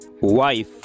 wife